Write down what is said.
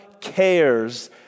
cares